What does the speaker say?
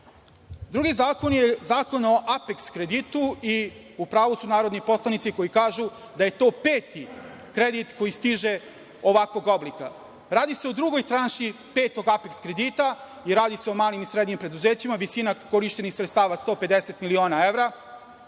zakon je zakon o Apeks kreditu. U pravu su narodni poslanici koji kažu da je to peti kredit koji stiže ovakvog oblika. Radi se o drugoj tranši petog Apeks kredita i radi se o malim i srednjim preduzećima. Visina korišćenih sredstava je 150 miliona evra.